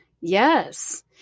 Yes